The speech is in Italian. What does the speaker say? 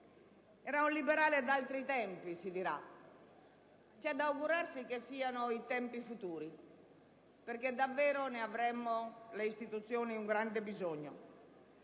Era un liberale d'altri tempi, si dirà: c'è da augurarsi che siano i tempi futuri, perché davvero ne avremmo, noi e le istituzioni, un grande bisogno.